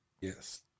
Yes